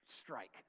strike